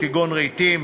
כגון רהיטים,